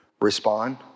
respond